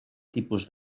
tipus